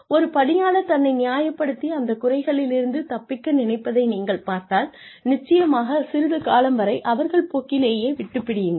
ஒரு பணியாளர் தன்னை நியாயப்படுத்தி அந்த குறைகளிலிருந்து தப்பிக்க நினைப்பதை நீங்கள் பார்த்தால் நிச்சயமாக சிறிது காலம் வரை அவர்கள் போக்கிலேயே விட்டுப் பிடியுங்கள்